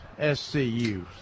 SCU